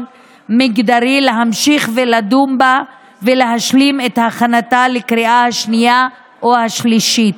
מגדרי להמשיך ולדון בה ולהשלים את הכנתה לקריאה השנייה והשלישית.